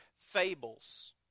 fables